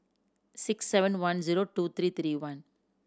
six seven one zero two three three one